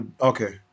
Okay